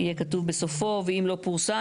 יהיה כתוב בסופו "ואם לא פורסם,